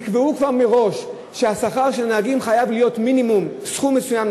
לא תקבעו כבר מראש ששכר הנהגים חייב להיות מינימום סכום מסוים,